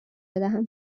بدهم